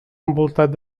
envoltat